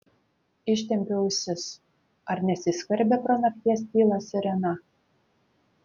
ištempiu ausis ar nesiskverbia pro nakties tylą sirena